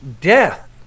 Death